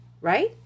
right